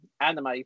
anime